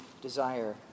desire